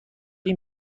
این